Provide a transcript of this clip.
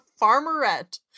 farmerette